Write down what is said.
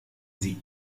sie